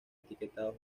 etiquetado